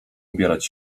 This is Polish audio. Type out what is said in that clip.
ubierać